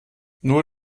nur